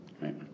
right